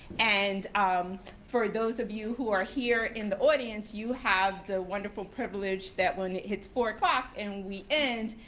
and um for those of you who are here in the audience, you have the wonderful privilege that when it hits four zero and we end,